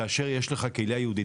כאשר יש לך קהילה יהודי,